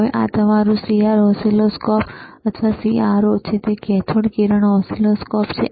હવે આ તમારું CR ઓસિલોસ્કોપ અથવા CRO છે તે કેથોડ કિરણ ઓસિલોસ્કોપ છે